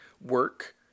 Work